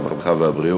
הרווחה והבריאות,